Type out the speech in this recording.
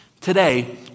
today